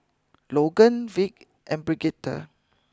Logan Vic and Bridgette